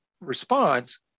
response